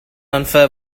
unfair